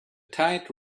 tide